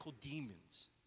demons